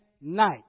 night